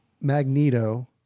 Magneto